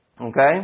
Okay